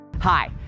Hi